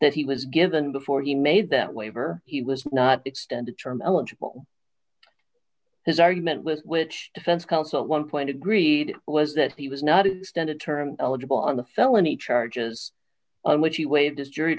that he was given before he made that waiver he was not extended term eligible his argument with which defense counsel at one point agreed was that he was not extended term eligible on the felony charges on which he waived his jury